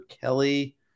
kelly